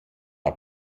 der